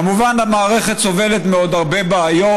כמובן, המערכת סובלת מעוד הרבה בעיות.